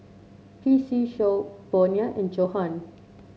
P C Show Bonia and Johan